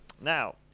now